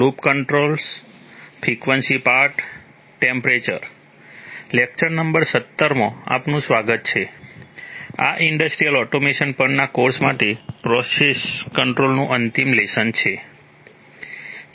lecture number 17 માં આપનું સ્વાગત છે આ ઈન્ડસ્ટ્રિયલ ઓટોમેશન પરના કોર્સ માટે પ્રોસેસ કંટ્રોલનું અંતિમ લેસન છે